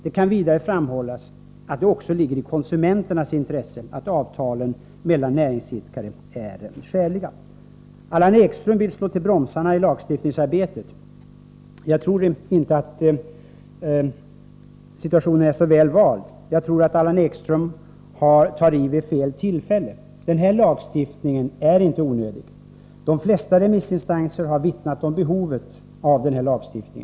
Det kan vidare framhållas att det också ligger i konsumenternas intresse att avtal mellan näringsidkare är skäliga. Allan Ekström vill slå till bromsarna i lagstiftningsarbetet. Jag tror inte att situationen är så väl vald. Jag tror att Allan Ekström tar i vid fel tillfälle. Denna lagstiftning är inte onödig. De flesta remissinstanserna har vittnat om behovet av denna lagstiftning.